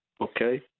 Okay